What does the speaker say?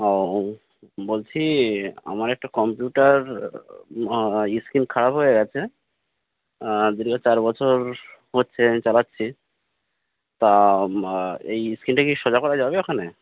ও বলছি আমার একটা কম্পিউটার স্ক্রিন খারাপ হয়ে গেছে যদিও চার বছর হচ্ছে আমি চালাচ্ছি তা এই স্ক্রিনটা কি সোজা করা যাবে ওখানে